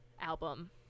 album